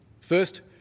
First